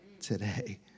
today